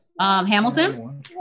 Hamilton